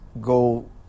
go